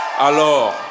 Alors